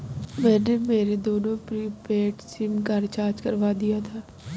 मैंने मेरे दोनों प्रीपेड सिम का रिचार्ज करवा दिया था